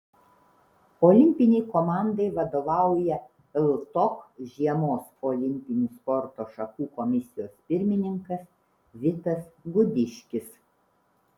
olimpinei komandai vadovauja ltok žiemos olimpinių sporto šakų komisijos pirmininkas vitas gudiškis